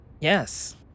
yes